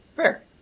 Fair